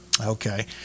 Okay